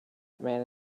man